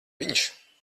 viņš